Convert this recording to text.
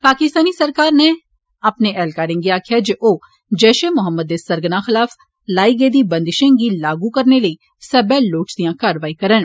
पाकिस्तानी सरकार नै अपने ऐहलकारें गी आखेआ ऐ जे ओह जैशे मोहम्मद दे सरगना खलाफ लाई गेदी बंदिशें गी लागू करने लेई सब्बै लोड़चदी कार्रवाईयां करन